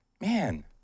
Man